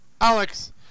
Alex